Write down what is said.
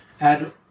add